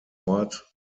ort